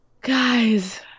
Guys